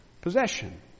possession